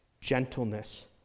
Gentleness